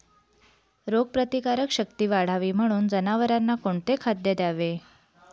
रोगप्रतिकारक शक्ती वाढावी म्हणून जनावरांना कोणते खाद्य द्यावे?